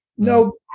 No